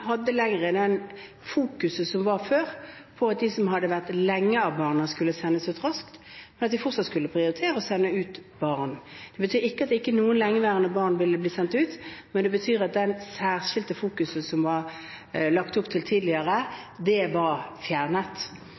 som før fokuserte på at de av barna som hadde vært her lenge, skulle sendes ut raskt, men at man fortsatt skulle prioritere å sende ut barn. Det betyr ikke at ikke noen lengeværende barn ville bli sendt ut, men det betyr at det særskilte fokuset som det var lagt opp til tidligere, var fjernet. Det var